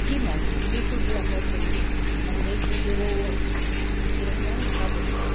जी ma'am बिलकुल glamour चाहिए बॉम्बे की जो हीरोइन है उनका चाहिए